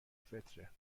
فطره